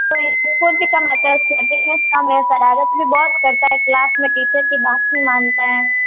तो रिपोर्ट भी कम आता है उसकी अटेंडेंस कम रहता शरारत भी बहुत करता है क्लास में टीचर की बात नहीं मानता है